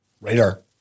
radar